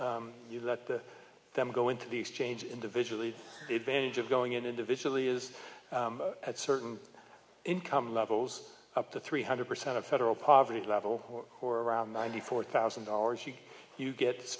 you that them go into the exchange individually the advantage of going in individually is at certain income levels up to three hundred percent of federal poverty level or around ninety four thousand dollars you you get